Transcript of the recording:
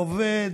עובד,